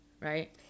right